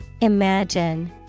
Imagine